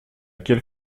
quelle